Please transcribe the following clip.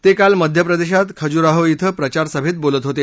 ते काल मध्य प्रदेशात खजुराहो इथं प्रचारसभेत बोलत होते